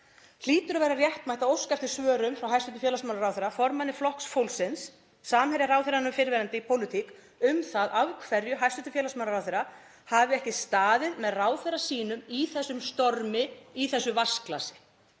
hlýtur að vera réttmætt að óska eftir svörum frá hæstv. félagsmálaráðherra, formanni Flokks fólksins, samherjaráðherranum fyrrverandi í pólitík, um það af hverju hæstv. félagsmálaráðherra hafi ekki staðið með ráðherra sínum í þessum stormi í þessu vatnsglasi?